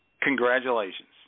Congratulations